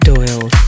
Doyle